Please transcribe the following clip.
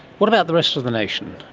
what about the rest of the nation?